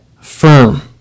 firm